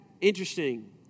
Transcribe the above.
interesting